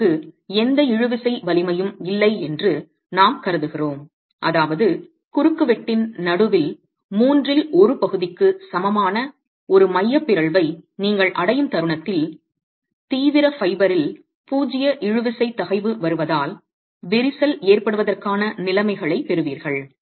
பொருளுக்கு எந்த இழுவிசை வலிமையும் இல்லை என்று நாம் கருதுகிறோம் அதாவது குறுக்குவெட்டின் நடுவில் மூன்றில் ஒரு பகுதிக்கு சமமான ஒரு மைய பிறழ்வை நீங்கள் அடையும் தருணத்தில் தீவிர ஃபைபரில் பூஜ்ஜிய இழுவிசை தகைவு வருவதால் விரிசல் ஏற்படுவதற்கான நிலைமைகளைப் பெறுவீர்கள்